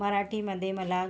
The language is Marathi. मराठीमध्ये मला